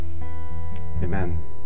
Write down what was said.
Amen